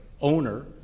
owner